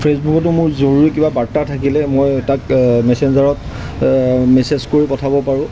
ফেচবুকতো মোৰ জৰুৰী কিবা বাৰ্তা থাকিলে মই তাক মেছেঞ্জাৰত মেছেজ কৰি পঠিয়াব পাৰোঁ